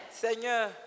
Seigneur